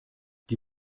die